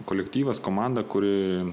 kolektyvas komanda kuri